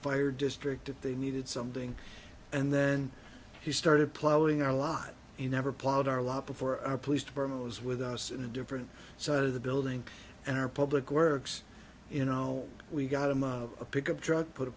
fire district if they needed something and then he started plowing our lot he never plowed our lot before our police department was with us in a different side of the building and our public works in oh we got him a pickup truck put a